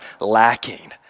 lacking